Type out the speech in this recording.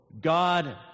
God